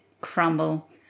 crumble